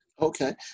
Okay